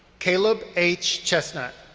caleb h. chestnut.